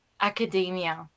academia